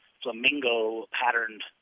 flamingo-patterned